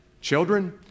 Children